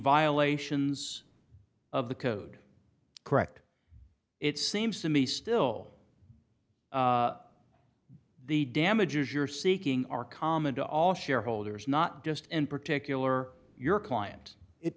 violations of the code correct it seems to me still the damages you're seeking are common to all shareholders not just in particular your client it